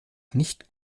nicht